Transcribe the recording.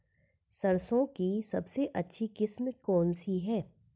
सरसों की सबसे अच्छी किस्म कौन सी है?